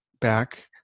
back